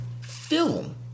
Film